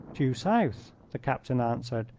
due south, the captain answered,